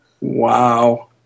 wow